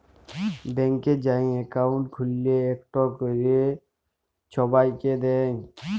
ব্যাংকে যাঁয়ে একাউল্ট খ্যুইলে ইকট ক্যরে ছবাইকে দেয়